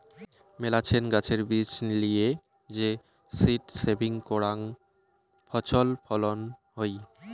মেলাছেন গাছের বীজ লিয়ে যে সীড সেভিং করাং ফছল ফলন হই